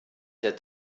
der